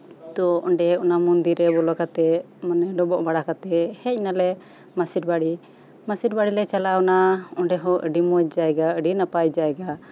ᱛᱳ ᱚᱱᱰᱮ ᱚᱱᱟ ᱚᱱᱟ ᱢᱚᱱᱫᱤᱨ ᱨᱮ ᱵᱚᱞᱚ ᱠᱟᱛᱮᱜ ᱢᱟᱱᱮ ᱰᱚᱵᱚᱜ ᱵᱟᱲᱟ ᱠᱟᱛᱮᱜ ᱦᱮᱡ ᱱᱟᱞᱮ ᱢᱟᱥᱤᱨ ᱵᱟᱲᱤ ᱢᱟᱥᱤᱨ ᱵᱟᱲᱤ ᱞᱮ ᱪᱟᱞᱟᱣ ᱱᱟ ᱚᱱᱰᱮ ᱦᱚᱸ ᱟᱹᱰᱤ ᱢᱚᱸᱡ ᱡᱟᱭᱜᱟ ᱟᱹᱰᱤ ᱱᱟᱯᱟᱭ ᱡᱟᱭᱜᱟ